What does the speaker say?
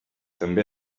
també